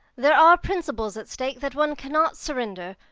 there are principles at stake that one cannot surrender.